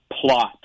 plot